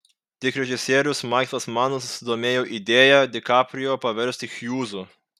tik režisierius maiklas manas susidomėjo idėja di kaprijo paversti hjūzu